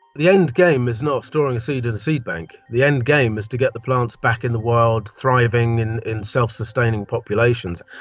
the endgame is not storing a seed in the seed bank, the endgame is to get the plants back in the wild, thriving and in self-sustaining populations.